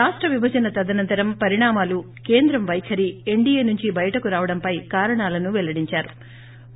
రాష్ట విభజన తదనంతరం పరిణామాలు కేంద్రం పైఖరి ఎన్లీయే నుంచి బయటకు రావడంపై కారణాలను వెల్లడిందారు